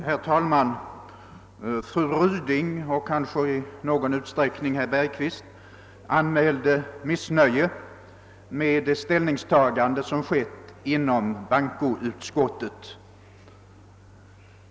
Herr talman! Fru Ryding och kanske i någon utsträckning herr Bergqvist anmälde missnöje med det ställningstagande som skett inom bankoutskottet.